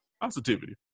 positivity